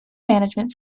management